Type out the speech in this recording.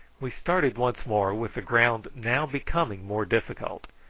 we started once more, with the ground now becoming more difficult.